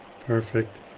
Perfect